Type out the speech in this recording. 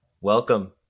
Welcome